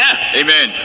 Amen